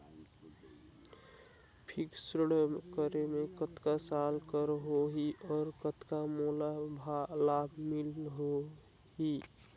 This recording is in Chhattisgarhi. फिक्स्ड करे मे कतना साल कर हो ही और कतना मोला लाभ मिल ही?